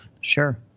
Sure